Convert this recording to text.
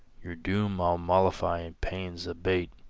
your doom i'll mollify and pains abate.